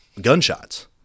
gunshots